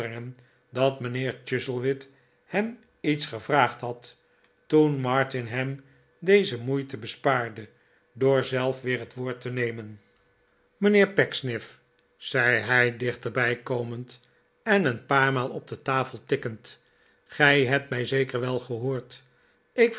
dat mijnheer chuzzlewit hem iets gevraagd had toen martin hem deze moeite bespaarde door zelf weer het woord te nemen mijnheer pecksniff zei hij dichterbij komend en een paar maal op de tafel tikkend gij hebt mij zeker wel gehoord ik